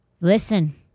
Listen